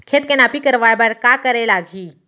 खेत के नापी करवाये बर का करे लागही?